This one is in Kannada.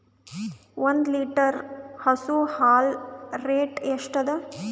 ಒಂದ್ ಲೀಟರ್ ಹಸು ಹಾಲ್ ರೇಟ್ ಎಷ್ಟ ಅದ?